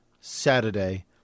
Saturday